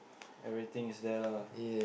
everything is there lah